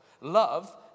Love